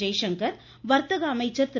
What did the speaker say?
ஜெய்சங்கர் வர்த்தக அமைச்சர் திரு